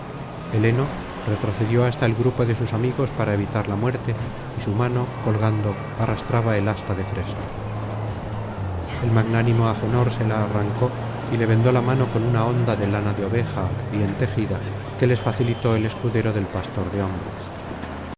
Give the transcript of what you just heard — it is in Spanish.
heleno retrocedió hasta el grupo de sus amigos para evitar la muerte y su mano colgando arrastraba el asta de fresno el magnánimo agenor se la arrancó y le vendó la mano con una honda de lana de oveja bien tejida que les facilitó el escudero del pastor de hombres